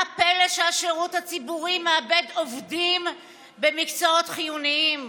מה הפלא שהשירות הציבורי מאבד עובדים במקצועות חיוניים?